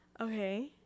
okay